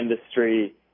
industry